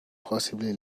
possibly